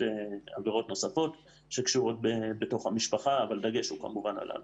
עבירות נוספות שקשורות במשפחה אבל הדגש כמובן הוא על אלמ"ב.